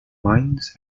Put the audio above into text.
mines